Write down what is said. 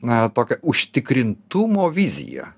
na tokią užtikrintumo viziją